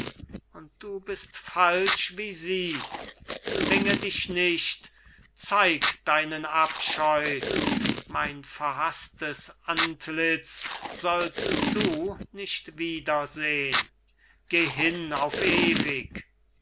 und du bist falsch wie sie zwinge dich nicht zeig deinen abscheu mein verhaßtes antlitz sollst du nicht wieder sehn geh hin auf ewig